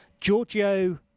Giorgio